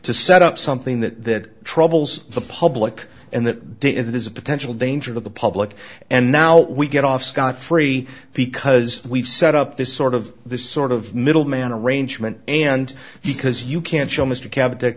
to set up something that troubles the public and that did it is a potential danger to the public and now we get off scot free because we've set up this sort of this sort of middleman arrangement and because you can't show mr cabot that